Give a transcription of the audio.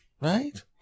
Right